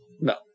No